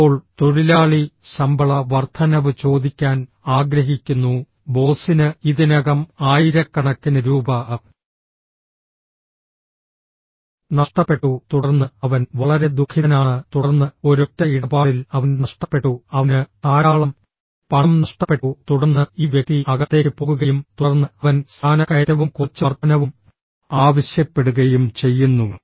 ഇപ്പോൾ തൊഴിലാളി ശമ്പള വർദ്ധനവ് ചോദിക്കാൻ ആഗ്രഹിക്കുന്നു ബോസിന് ഇതിനകം ആയിരക്കണക്കിന് രൂപ നഷ്ടപ്പെട്ടു തുടർന്ന് അവൻ വളരെ ദുഃഖിതനാണ് തുടർന്ന് ഒരൊറ്റ ഇടപാടിൽ അവൻ നഷ്ടപ്പെട്ടു അവന് ധാരാളം പണം നഷ്ടപ്പെട്ടു തുടർന്ന് ഈ വ്യക്തി അകത്തേക്ക് പോകുകയും തുടർന്ന് അവൻ സ്ഥാനക്കയറ്റവും കുറച്ച് വർദ്ധനവും ആവശ്യപ്പെടുകയും ചെയ്യുന്നു